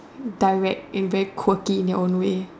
direct and very quirky in your own way